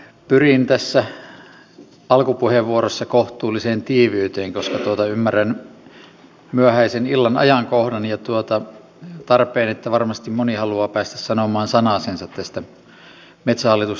pyrin tässä alkupuheenvuorossa kohtuulliseen tiiviyteen koska ymmärrän myöhäisen illan ajankohdan ja tarpeen että varmasti moni haluaa päästä sanomaan sanasensa tästä metsähallitus lain uudistuksesta